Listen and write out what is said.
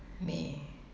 me